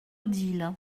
odile